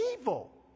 evil